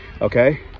Okay